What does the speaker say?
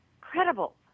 credible